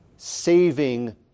saving